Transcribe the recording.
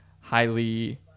highly